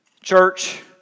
church